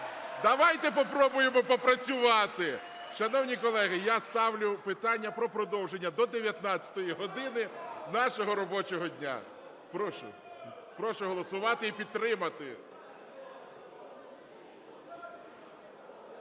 Давайте попробуємо попрацювати. Шановні колеги, я ставлю питання про продовження до 19 години нашого робочого дня. Прошу. Прошу голосувати і підтримати.